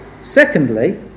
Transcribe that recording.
Secondly